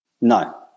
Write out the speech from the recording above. No